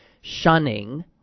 shunning